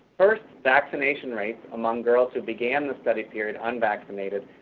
first, vaccination rates among girls who began the study period unvaccinated,